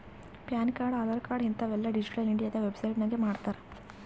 PAN card, Aadhaar card ಹಿಂತಾವ್ ಎಲ್ಲಾ digital India website ನಾಗೆ ಮಾಡ್ತಾರ್